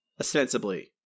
Ostensibly